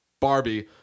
barbie